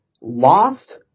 lost